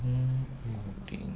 mm okay